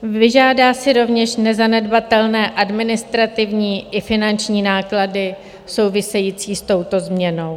Vyžádá si rovněž nezanedbatelné administrativní i finanční náklady související s touto změnou.